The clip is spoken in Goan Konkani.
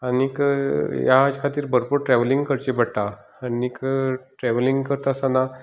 आनीक ह्या हाजे खातीर बरपूर ट्रेवलींग करचें पडटा आनीक ट्रेवल्हींग करता आसतना